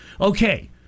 Okay